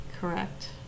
Correct